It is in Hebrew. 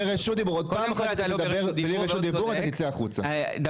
ויצאו הצהרות בחירות רבות על דברים שנוגעים לכלל אזרחי המדינה,